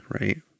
right